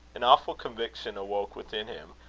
an awful conviction awoke within him,